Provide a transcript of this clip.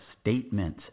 statement